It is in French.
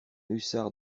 hussard